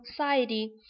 anxiety